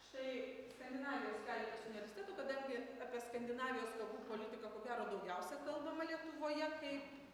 štai skandinavijos keletas universitetų kadangi apie skandinavijos kalbų politiką ko gero daugiausia kalbama lietuvoje kaip